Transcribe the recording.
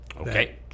Okay